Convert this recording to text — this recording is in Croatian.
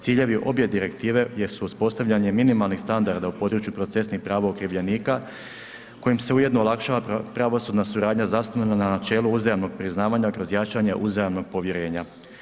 Ciljevi obje direktive jesu uspostavljanje minimalnih standarda u području procesnih prava okrivljenika kojim se ujedno olakšava pravosudna suradnja zasnovana na načelu uzajamnog priznavanja kroz jačanje uzajamnog povjerenja.